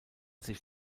sich